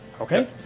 Okay